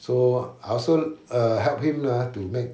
so I also err helped him lah to make